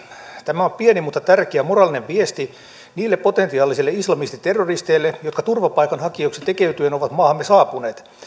tämä on pieni mutta tärkeä moraalinen viesti niille potentiaalisille islamistiterroristeille jotka turvapaikanhakijoiksi tekeytyen ovat maahamme saapuneet